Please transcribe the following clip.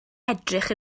edrych